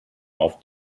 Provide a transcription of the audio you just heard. auf